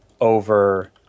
over